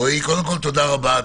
רועי, תודה רבה.